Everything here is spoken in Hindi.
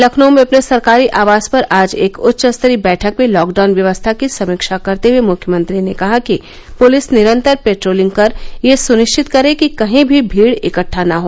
लखनऊ में अपने सरकारी आवास पर आज एक उच्च स्तरीय बैठक में लॉकडाउन व्यवस्था की समीक्षा करते हुए मुख्यमंत्री ने कहा कि पुलिस निरन्तर पेट्रोलिंग कर यह सुनिश्चित करे कि कहीं भी भीड़ इकट्ठा न हो